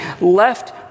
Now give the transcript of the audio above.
left